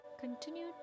Continue